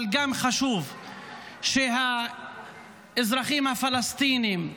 אבל גם חשוב שהאזרחים הפלסטינים,